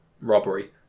robbery